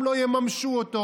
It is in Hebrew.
מי זה השר במליאה?